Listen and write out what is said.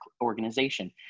organization